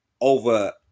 over